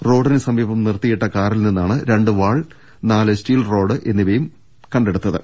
റോഡിനു സമീപം നിർത്തിയിട്ട കാറിൽ നിന്നാണ് രണ്ട് വാൾ നാല് സ്റ്റീൽ റാഡ് എന്നിവയും കണ്ടെടുത്തത്